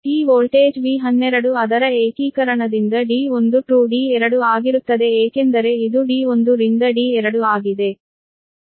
ಈ voltage V12 ಅದರ ಏಕೀಕರಣದಿಂದ D1 to D2 ಆಗಿರುತ್ತದೆ ಏಕೆಂದರೆ ಇದು D1 ರಿಂದ D2 ಆಗಿದೆ